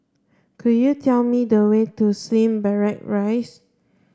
could you tell me the way to Slim Barrack Rise